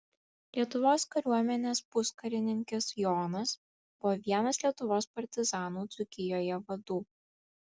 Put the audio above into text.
lietuvos kariuomenės puskarininkis jonas buvo vienas lietuvos partizanų dzūkijoje vadų